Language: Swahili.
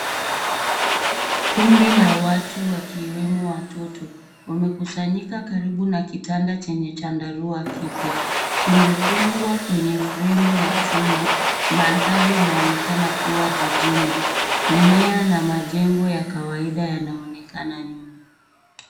Kundi la watu wakiwemo watoto, wamekusanyika karibu na kitanda chenye chandarua kipya, kimefungwa kwenye fremu ya chuma mandhari inaonekana kuwa jijini, mimea na majengo ya kawaida yanaonekana nyuma.